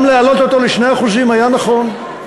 גם להעלות ל-2% היה נכון.